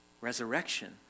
Resurrection